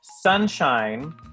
sunshine